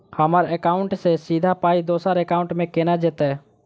हम्मर एकाउन्ट सँ सीधा पाई दोसर एकाउंट मे केना जेतय?